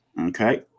Okay